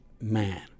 man